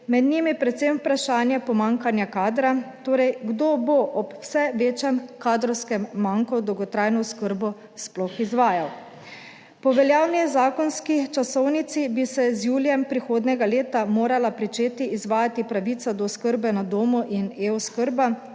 med njimi predvsem vprašanje pomanjkanja kadra, torej kdo bo ob vse večjem kadrovskem manku dolgotrajno oskrbo sploh izvajal? Po veljavni zakonski časovnici bi se z julijem prihodnjega leta morala pričeti izvajati 10. TRAK: (NB) - 14.30